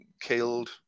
killed